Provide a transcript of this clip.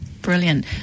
brilliant